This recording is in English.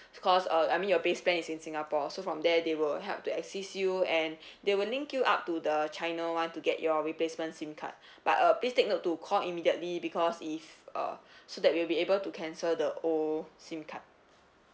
because uh I mean your base plan is in singapore so from there they will help to assist you and they will link you up to the china one to get your replacement SIM card but uh please take note to call immediately because if uh so that we'll be able to cancel the old SIM card